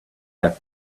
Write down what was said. have